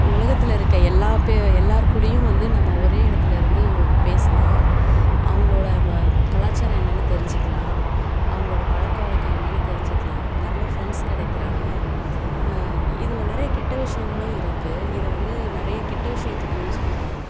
உலகத்தில் இருக்க எல்லா எல்லோர் கூடயும் வந்து நம்ம ஒரே இடத்துல இருந்து பேசலாம் அவங்களோட கலாச்சாரம் என்னென்னு தெரிஞ்சுக்கலாம் அவங்களோட பழக்க வழக்கம் என்னென்னு தெரிஞ்சுக்கலாம் நல்ல ஃப்ரெண்ட்ஸ் கிடைக்கிறாங்க இதில் நிறைய கெட்ட விஷயங்களும் இருக்கு இதை வந்து நிறைய கெட்ட விஷயத்துக்கு யூஸ் பண்ணுறாங்க